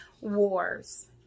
wars